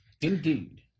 Indeed